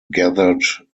gathered